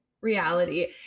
reality